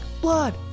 Blood